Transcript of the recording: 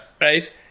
right